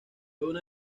una